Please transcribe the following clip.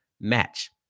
match